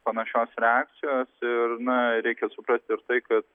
panašios reakcijos ir na reikia suprasti ir tai kad